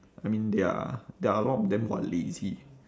I mean there're there are a lot of them who are lazy